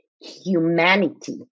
humanity